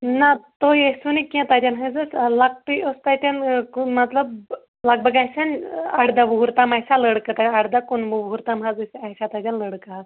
نَہ تُہۍ ٲسوٕ نہٕ کیٚنٛہہ تَتٮ۪ن حظ اوس لۄکٹٕے اوس تَتٮ۪ن مطلب لگ بھگ آسہِ ہان اَردَہ وُہُر تام آسہِ ہا لڑکہٕ اَردَہ کُنوُہ وُہُرتام حظ أسۍ آسہِ ہا تَتٮ۪ن لڑکہِ اَکھ